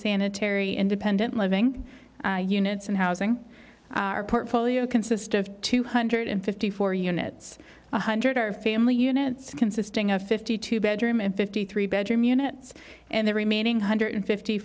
sanitary independent living units and housing our portfolio consist of two hundred and fifty four units one hundred are family units consisting of fifty two bedroom and fifty three bedroom units and the remaining one hundred and fifty